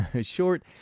short